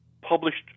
published